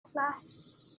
class